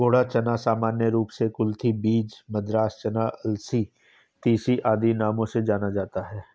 घोड़ा चना सामान्य रूप से कुलथी बीन, मद्रास चना, अलसी, तीसी आदि नामों से जाना जाता है